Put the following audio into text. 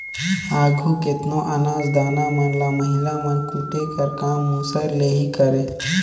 आघु केतनो अनाज दाना मन ल महिला मन कूटे कर काम मूसर ले ही करें